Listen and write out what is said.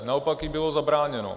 Naopak jí bylo zabráněno.